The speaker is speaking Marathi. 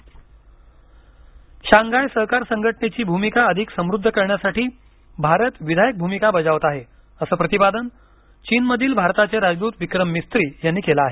शांघाय शांघाय सहकार संघटनेची भूमिका अधिक समृद्ध करण्यासाठी भारत विधायक भूमिका बजावत आहे असं प्रतिपादन चीनमधील भारताचे राजदूत विक्रम मिस्री यांनी केलं आहे